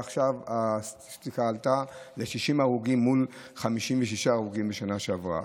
עכשיו הסטטיסטיקה עלתה ל-60 הרוגים מול 56 הרוגים בשנה שעברה.